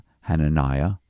Hananiah